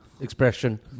expression